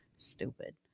Stupid